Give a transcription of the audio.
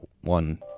one